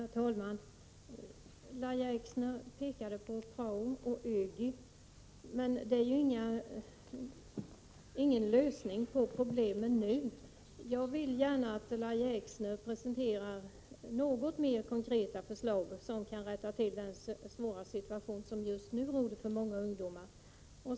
Herr talman! Lahja Exner pekade på prao och ÖGY, men det innebär ingen lösning på problemen nu. Jag vill gärna att Lahja Exner presenterar något mer konkreta förslag som kan rätta till den svåra situation som just nu råder för många ungdomar.